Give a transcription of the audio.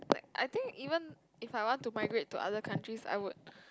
I think even if I want to migrate to other countries I would